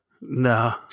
No